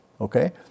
okay